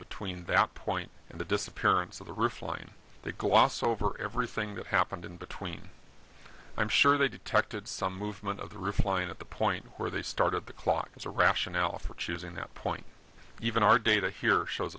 between that point and the disappearance of the roof line they gloss over everything that happened in between i'm sure they detected some movement of the roof line at the point where they started the clock as a rationale for choosing that point even our data here shows